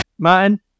Martin